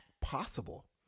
possible